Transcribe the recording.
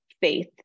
faith